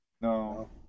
No